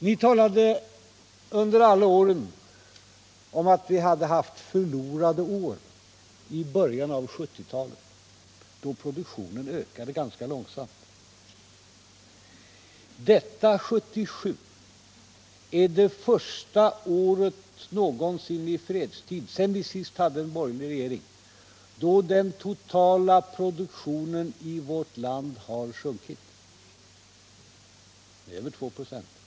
Ni har talat om att vi haft förlorade år i början av 1970-talet, då pro duktionen ökade ganska långsamt. Men detta år, 1977, är det första år någonsin i fredstid sedan vi senast hade en borgerlig regering, då den totala produktionen i vårt land har sjunkit. Den har sjunkit med över 2926.